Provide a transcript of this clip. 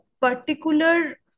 particular